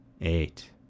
eight